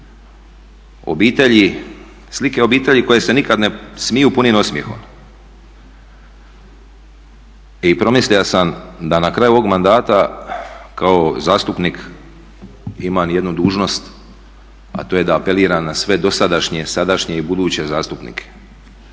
obitelji, slike obitelji koje se nikad ne smiju punim osmjehom. I promislio sam da na kraju ovog mandata kao zastupnik imam jednu dužnost, a to je da apeliram na sve dosadašnje, sadašnje i buduće zastupnike